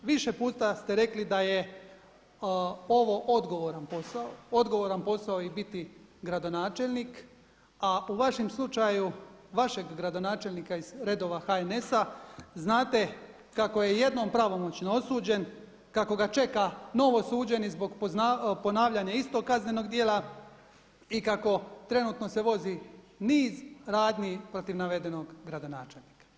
Više puta ste rekli da je ovo odgovoran posao, odgovoran posao je i biti gradonačelnik a u vašem slučaju vašeg gradonačelnika iz redova HNS-a znate kako je jednom pravomoćno osuđen, kako ga čeka novo suđenje zbog ponavljanja istog kaznenog djela i kako trenutno se vodi niz radnji protiv navedenog gradonačelnika.